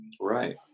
right